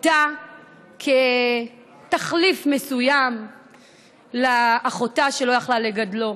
אותה כתחליף מסוים לאחותה שלא יכלה לגדלו.